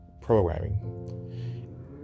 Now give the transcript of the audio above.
programming